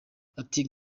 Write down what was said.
ati